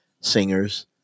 singers